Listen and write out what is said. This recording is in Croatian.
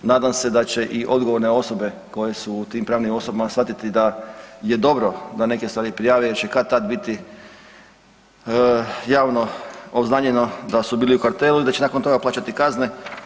Nadam se da će i odgovorne osobe koje su u tim pravnim osobama shvatiti da je dobro da neke stvari prijave jer će kad-tad biti javno obznanjeno da su bili u kartelu i da će nakon toga plaćati kazne.